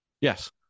Yes